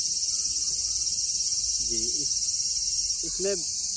جی اس اس میں